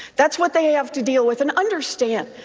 that's what they have to deal with and understand.